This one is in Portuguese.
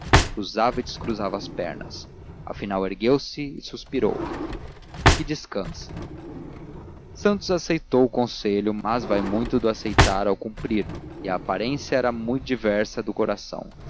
cruzava e descruzava as pernas afinal ergueu-se e suspirou então parece-lhe que descanse santos aceitou o conselho mas vai muito do aceitar ao cumprir e a aparência era mui diversa do coração